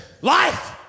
life